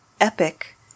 epic